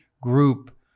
group